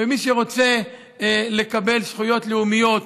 ומי שרוצה לקבל זכויות לאומיות,